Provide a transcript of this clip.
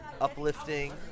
uplifting